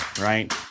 right